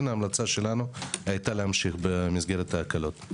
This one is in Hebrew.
ההמלצה שלנו הייתה להמשיך במסגרת ההקלות.